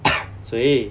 谁